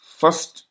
first